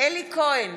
אלי כהן,